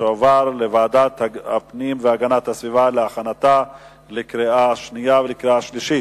ותועבר לוועדת הפנים והגנת הסביבה להכנתה לקריאה שנייה ולקריאה שלישית.